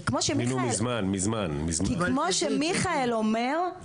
כי כמו שמיכאל אומר,